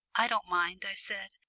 i don't mind, i said.